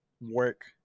work